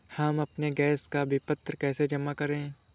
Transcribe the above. हम अपने गैस का विपत्र कैसे जमा करें?